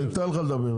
אני אתן לך לדבר,